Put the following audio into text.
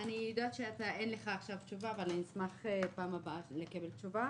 יודעת שאין לך עכשיו תשובה אבל אני אשמח לקבל תשובה בפעם